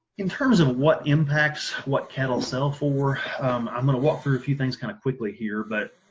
in terms of what impacts what cattle sell for i'm gonna walk through a few things kind of quickly here but